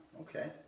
Okay